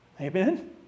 amen